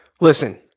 Listen